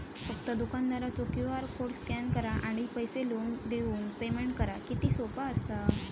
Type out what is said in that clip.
फक्त दुकानदारचो QR code scan करा आणि पैसे लिहून देऊन पेमेंट करा किती सोपा असा